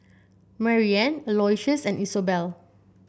Maryanne Aloysius and Isobel